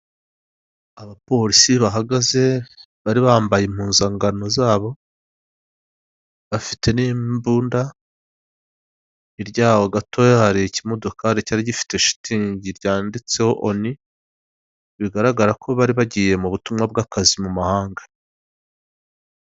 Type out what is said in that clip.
Abapolisi bahagaze, bari bambaye impuzankano zabo bafite n'imbunda, hirya yaho gatoya hari ikimodokari cyari gifite shitingi yanditseho oni; bigaragara ko bari bagiye mu butumwa bw'akazi mu mahanga.